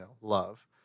love